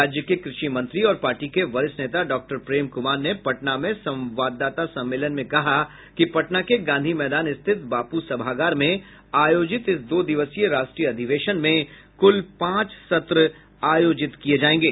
राज्य के कृषि मंत्री और पार्टी के वरिष्ठ नेता प्रेम कुमार ने पटना में संवाददाता सम्मेलन में कहा कि पटना के गांधी मैदान स्थित बापू सभागार में आयोजित इस दो दिवसीय राष्ट्रीय अधिवेशन में कुल पांच सत्र होंगे